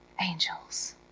angels